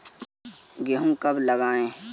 गेहूँ कब लगाएँ?